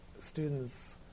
students